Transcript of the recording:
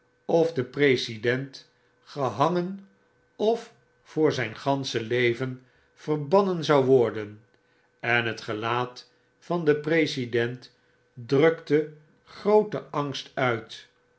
of de president gehangen of voor zyn gansche leven verbannen zou worden en het gelaat van den president drukte groot en angst uit